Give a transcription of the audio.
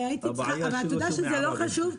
אתה יודע שזה לא חשוב,